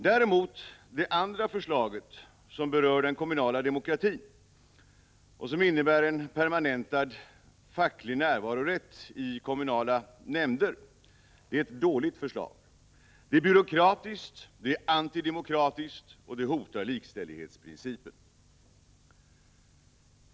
Däremot är det andra förslaget, som berör den kommunala demokratin och som innebär en permanentad facklig närvarorätt i kommunala nämnder, ett dåligt förslag. Det är byråkratiskt, antidemokratiskt och hotar likställighetsprincipen.